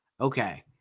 okay